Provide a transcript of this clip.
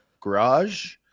garage